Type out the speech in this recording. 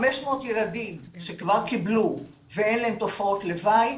500 ילדים שכבר קיבלו ואין להם תופעות לוואי